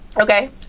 okay